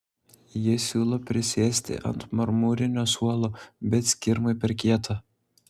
ji siūlo prisėsti ant marmurinio suolo bet skirmai per kieta